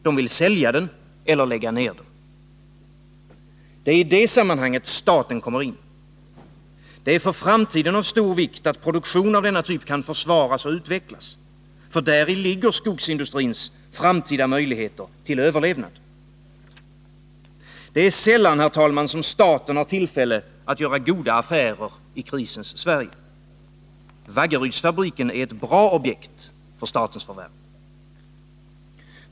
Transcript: Man vill sälja den eller lägga ner den. Det är i det sammanhanget staten kommer in. Det är för framtiden av stor vikt att produktion av denna typ kan försvaras och utvecklas. Däri ligger skogsindustrins framtida möjligheter till överlevnad. Det är sällan staten har tillfälle att göra goda affärer i krisens Sverige. Vaggerydsfabriken är ett bra objekt för statens förvärv.